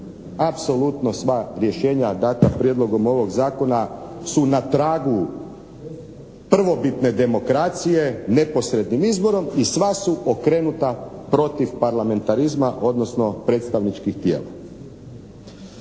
Apsolutna sva rješenja dana Prijedlogom ovog Zakona su na tragu prvobitne demokracije neposrednim izborom i sva su okrenuta protiv parlamentarizma, odnosno predstavničkih tijela.